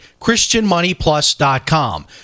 christianmoneyplus.com